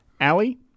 Allie